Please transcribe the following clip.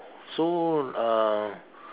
so uh